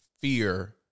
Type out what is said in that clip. fear